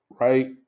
right